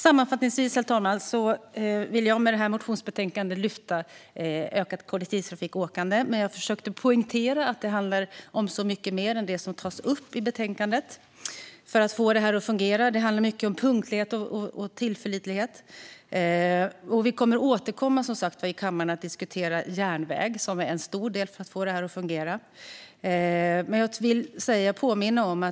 Sammanfattningsvis, herr talman, vill jag med motionsbetänkandet lyfta upp ökat kollektivtrafikåkande, men jag har försökt poängtera att det handlar om mycket mer än det som tas upp i betänkandet för att få detta att fungera. Det handlar mycket om punktlighet och tillförlitlighet. Vi kommer som sagt att återkomma i kammaren till att diskutera järnväg, som är en stor del i att få detta att fungera.